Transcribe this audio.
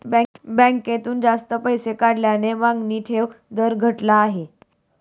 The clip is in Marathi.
बँकेतून जास्त पैसे काढल्याने मागणी ठेव दर घटला आहे